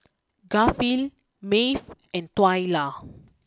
Garfield Maeve and Twyla